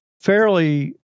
fairly